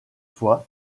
fois